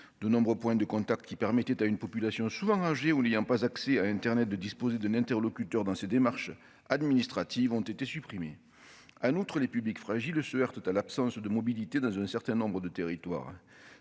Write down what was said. de nombreux points de contact qui permettaient à une population souvent âgés, ou il y pas accès à Internet de disposer d'un interlocuteur dans ses démarches administratives ont été supprimés à autre les publics fragiles se totale absence de mobilité dans un certain nombres de territoires